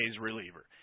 reliever